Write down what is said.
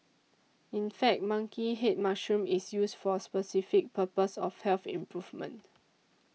in fact monkey head mushroom is used for specific purpose of health improvement